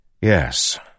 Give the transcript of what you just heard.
Yes